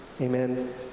amen